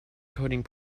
coding